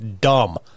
dumb